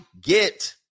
get